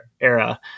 era